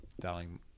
darling